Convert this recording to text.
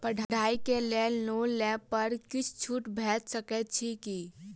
पढ़ाई केँ लेल लोन लेबऽ पर किछ छुट भैट सकैत अछि की?